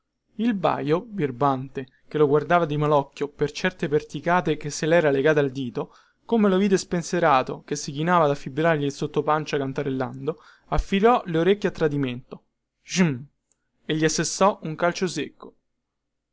il baio birbante che lo guardava di malocchio per certe perticate che se lera legate al dito come lo vide spensierato che si chinava ad affibbiargli il sottopancia canterellando affilò le orecchie a tradimento jjj e gli assestò un calcio secco